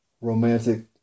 romantic